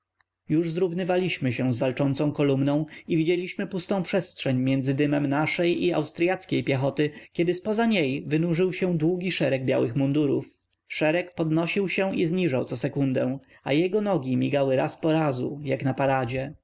już zrównywaliśmy się z walczącą kolumną i widzieliśmy pustą przestrzeń między dymem naszej i austryackiej piechoty kiedy zpoza niej wynurzył się długi szereg białych mundurów szereg podnosił się i zniżał co sekundę a jego nogi migały raz po razu jak na paradzie